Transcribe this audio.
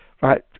right